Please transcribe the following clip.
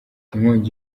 inkongi